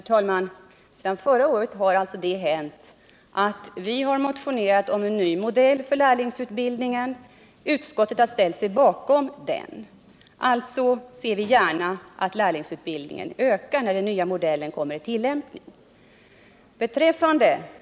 Herr talman! Sedan förra året har alltså det hänt att vi har motionerat om en ny modell av lärlingsutbildningen. Utskottet har ställt sig bakom denna. Vi ser gärna att lärlingsutbildningen ökar när den nya modellen kommer i tillämpning.